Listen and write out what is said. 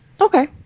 Okay